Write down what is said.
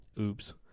oops